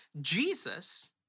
Jesus